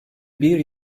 bir